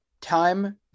time